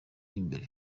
imbere